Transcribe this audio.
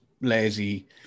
lazy